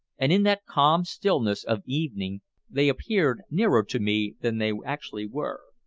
and in that calm stillness of evening they appeared nearer to me than they actually were.